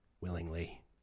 willingly